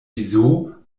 wieso